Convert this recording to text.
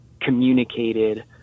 communicated